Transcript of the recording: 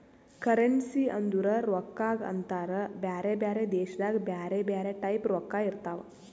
currency ಅಂದುರ್ ರೊಕ್ಕಾಗ ಅಂತಾರ್ ಬ್ಯಾರೆ ಬ್ಯಾರೆ ದೇಶದಾಗ್ ಬ್ಯಾರೆ ಬ್ಯಾರೆ ಟೈಪ್ ರೊಕ್ಕಾ ಇರ್ತಾವ್